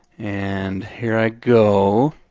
and here i go.